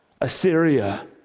Assyria